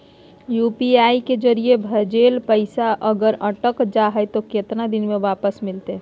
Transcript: UPI के जरिए भजेल पैसा अगर अटक जा है तो कितना दिन में वापस मिलते?